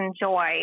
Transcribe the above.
enjoy